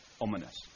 ominous